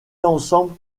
ensemble